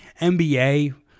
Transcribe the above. NBA